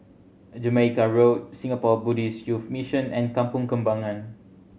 Jamaica Road Singapore Buddhist Youth Mission and Kampong Kembangan